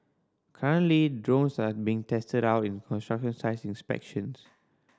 currently drones are being tested out in construction site inspections